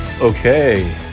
Okay